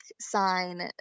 sign